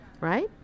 Right